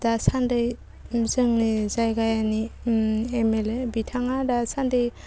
दासान्दै जोंनि जायगानि एम एल ए बिथाङा दासान्दि